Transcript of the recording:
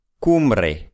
Cumbre